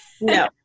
no